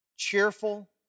Cheerful